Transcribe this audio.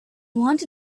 want